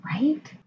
Right